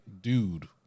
dude